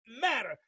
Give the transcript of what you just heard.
matter